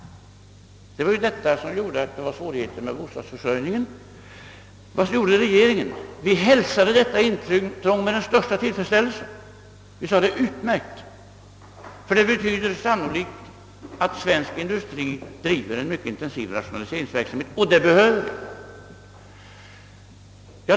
Det var bl.a. detta som gjorde att vi hade svårigheter med bostadsförsörjningen. Vad gjorde då regeringen? Jo, vi hälsade detta »intrång» med den största tillfredsställelse. Vi sade att det är utmärkt, ty det betyder sannolikt att svensk industri driver en mycket intensiv rationaliseringsverksamhet, och det behövs.